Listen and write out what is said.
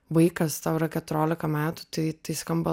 vaikas tau yra keturiolika metų tai tai skamba